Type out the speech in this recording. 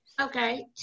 Okay